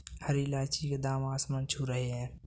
हरी इलायची के दाम आसमान छू रहे हैं